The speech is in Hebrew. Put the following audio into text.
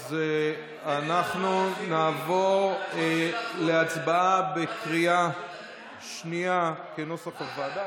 אז אנחנו נעבור להצבעה כנוסח הוועדה